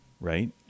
right